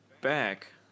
back